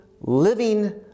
living